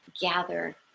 gather